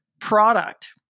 product